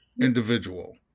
Individual